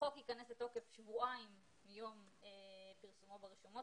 החוק ייכנס לתוקף שבועיים מיום פרסומו ברשומות.